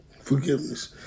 forgiveness